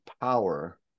power